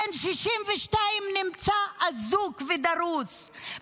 בן 62 נמצא אזוק ודרוס,